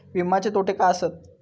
विमाचे तोटे काय आसत?